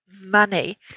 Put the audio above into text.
money